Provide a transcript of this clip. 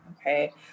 Okay